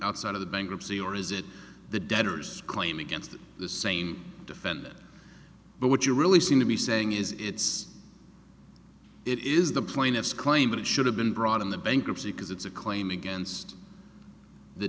outside of the bankruptcy or is it the debtors claim against the same defendant but what you really seem to be saying is it's it is the plaintiff's claim that it should have been brought in the bankruptcy because it's a claim against the